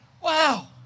Wow